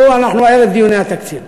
תראו, אנחנו ערב דיוני התקציב.